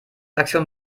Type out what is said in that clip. aktion